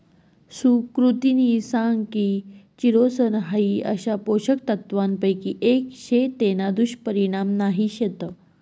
सुकृतिनी सांग की चिरोसन हाई अशा पोषक तत्वांपैकी एक शे तेना दुष्परिणाम नाही शेत